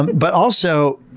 and but also